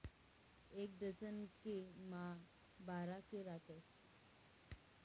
एक डझन के मा बारा के रातस